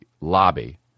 lobby